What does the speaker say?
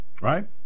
Right